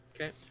Okay